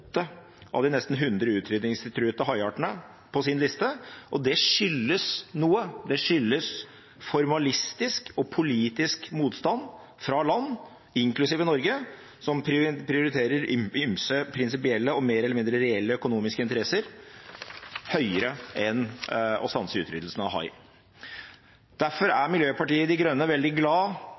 åtte av de nesten hundre utrydningstruede haiartene på sin liste. Det skyldes formalistisk og politisk motstand fra land, inklusiv Norge, som prioriterer ymse prinsipielle og mer eller mindre reelle økonomiske interesser høyere enn å stanse utryddelsen av hai. Derfor er Miljøpartiet De Grønne veldig glad